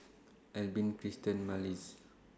Albin Krystal Marlys